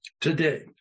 Today